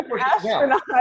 astronaut